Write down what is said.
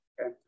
okay